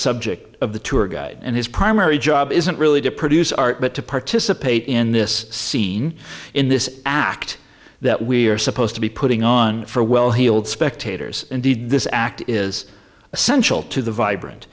subject of the tour guide and his primary job isn't really to produce art but to participate in this scene in this act that we are supposed to be putting on for well heeled spectators indeed this act is essential to the vibrant